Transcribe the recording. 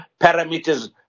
parameter's